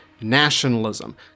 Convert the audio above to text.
nationalism